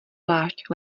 plášť